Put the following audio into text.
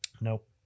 Nope